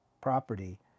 property